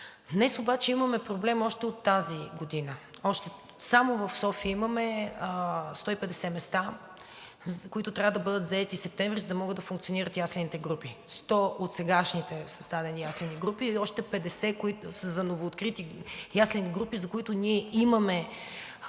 Днес обаче имаме проблем още от тази година. Само в София имаме 150 места, които трябва да бъдат заети септември, за да могат да функционират яслените групи – 100 от сегашните създадени яслени групи и още 50, които са за новооткрити яслени групи, за които ние имаме